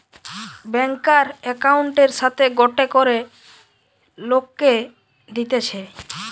ব্যাংকার একউন্টের সাথে গটে করে লোককে দিতেছে